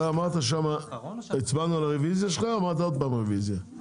אתה אמרת שמה שהצבענו על הרוויזיה שלך אמרת עוד פעם רוויזיה,